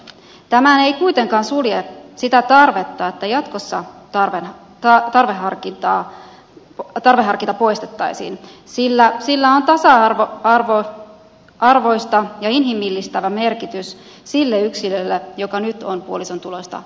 tämä ei kuitenkaan sulje sitä tarvetta että jatkossa tarveharkinta poistettaisiin sillä sillä on tasa arvoistava ja inhimillistävä merkitys sille yksilölle joka nyt on puolison tuloista riippuvainen